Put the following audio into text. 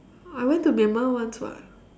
I went to Myanmar once [what]